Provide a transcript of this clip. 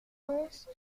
incohérence